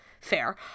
fair